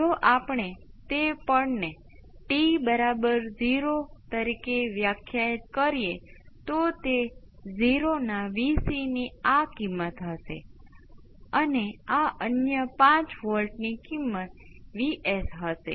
તેથી તે S C R 1 બરાબર 0 નથી તેનો અર્થ એ છે કે આ forcing function V p exponential - t by R C exponential - t by R C પણ આ સિસ્ટમનો નેચરલ રિસ્પોન્સ છે